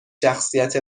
شخصیت